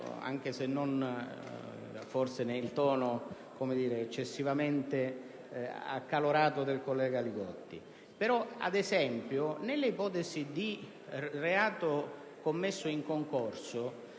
anche se forse non nei toni eccessivamente accalorati del collega Li Gotti. Ad esempio, nell'ipotesi di reato commesso in concorso